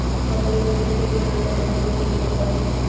मकई केँ खेती केँ लेल कोनो दुगो विधि बताऊ?